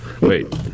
wait